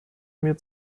mir